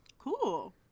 Cool